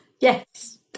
yes